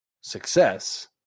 success